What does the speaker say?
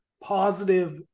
positive